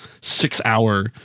six-hour